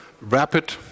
rapid